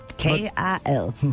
K-I-L